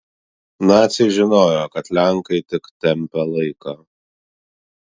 naciai žinojo kad lenkai tik tempia laiką